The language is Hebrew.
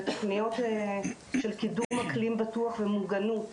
בתוכניות של קידום אקלים בטוח ומוגנות,